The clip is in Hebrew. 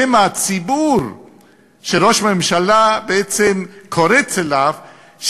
שמא הציבור שראש הממשלה בעצם קורץ אליו,